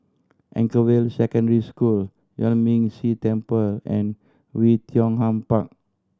Anchorvale Secondary School Yuan Ming Si Temple and Oei Tiong Ham Park